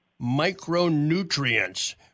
micronutrients